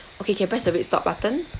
okay can press the red stop button